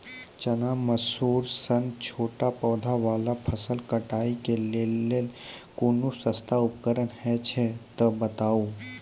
चना, मसूर सन छोट पौधा वाला फसल कटाई के लेल कूनू सस्ता उपकरण हे छै तऽ बताऊ?